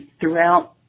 throughout